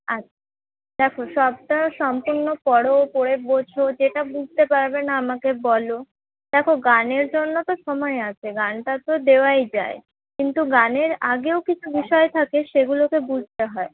আচ্ছা দেখো সবটা সম্পূর্ণ পড়ো পড়ে বোঝ যেটা বুঝতে পারবে না আমাকে বলো দেখো গানের জন্য তো সময় আছে গানটা তো দেওয়াই যায় কিন্তু গানের আগেও কিছু বিষয় থাকে সেগুলোকে বুঝতে হয়